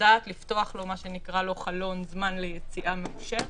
לדעת לפתוח לו חלון זמן ליציאה מאושרת,